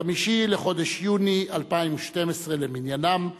5 בחודש יוני 2012 למניינם,